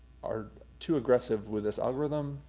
are too aggressive with this algorithm,